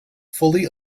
fully